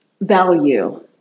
value